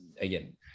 Again